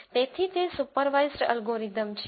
તેથી તે supervised algorithm છે